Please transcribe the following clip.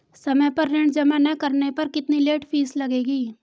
समय पर ऋण जमा न करने पर कितनी लेट फीस लगेगी?